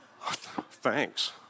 Thanks